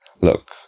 Look